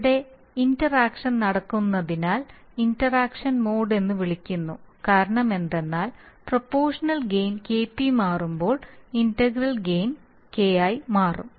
ഇവിടെ interaction നടക്കുന്നതിനാൽ interaction mode എന്ന് വിളിക്കുന്നു കാരണമെന്തെന്നാൽ പ്രൊപോഷണൽ ഗെയിൻ Kp മാറുമ്പോൾ ഇന്റഗ്രൽ ഗെയിൻ Ki മാറും